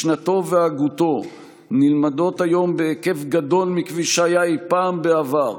משנתו והגותו נלמדות היום בהיקף גדול מכפי שהיה אי פעם בעבר,